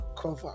cover